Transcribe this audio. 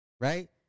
Right